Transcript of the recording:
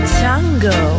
tango